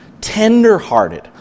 tenderhearted